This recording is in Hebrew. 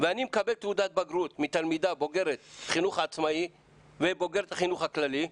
ואני מקבל תעודת בגרות מתלמידה בוגרת חינוך עצמאי ובוגרת חינוך כללי,